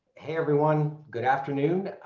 hey everyone. good afternoon.